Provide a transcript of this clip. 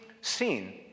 seen